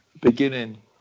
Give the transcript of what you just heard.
beginning